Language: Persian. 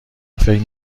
فکر